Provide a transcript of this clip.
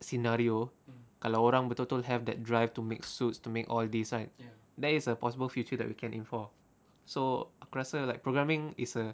scenario kalau orang betul-betul don't have that drive to make suits to make all these right there is a possible future that we can aim for so aku rasa like programming is a